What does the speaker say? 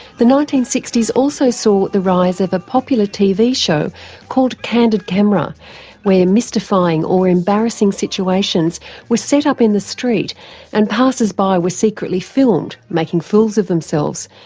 the nineteen sixty s also saw the rise of a popular tv show called candid camera where mystifying or embarrassing situations were set up in the street and passersby were secretly filmed making fools of themselves.